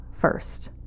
first